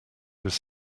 was